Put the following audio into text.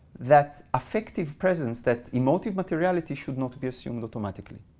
that affective presence, that emotive materiality should not be assumed automatically.